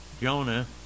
Jonah